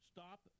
Stop